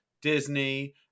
Disney